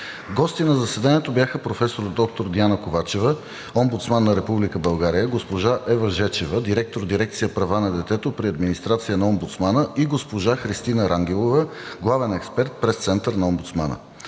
Гости на заседанието бяха професор доктор Диана Ковачева – Омбудсман на Република България, госпожа Ева Жечева – директор дирекция „Права на детето“ при администрацията на омбудсмана, и госпожа Христина Рангелова – главен експерт – Пресцентър на омбудсмана.